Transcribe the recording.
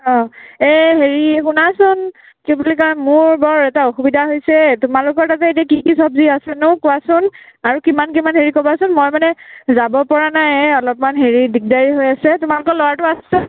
অ এই হেৰি শুনাচোন কি বুলি কয় মোৰ বৰ এটা অসুবিধা হৈছে তোমালোকৰ তাতে এতিয়া কি কি চবজি আছেনো কোৱাচোন আৰু কিমান কিমান হেৰি ক'বাচোন মই মানে যাব পৰা নাই এই অলপমান হেৰি দিগদাৰী হৈ আছে তোমালোকৰ ল'ৰাটো আছেনে